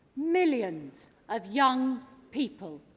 millions of young people